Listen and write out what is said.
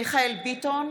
ביטן,